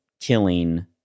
killing